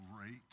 great